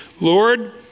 Lord